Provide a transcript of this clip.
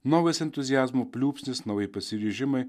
naujas entuziazmo pliūpsnis nauji pasiryžimai